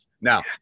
now